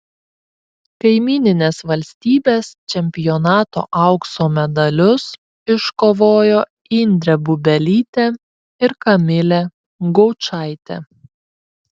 kaimyninės valstybės čempionato aukso medalius iškovojo indrė bubelytė ir kamilė gaučaitė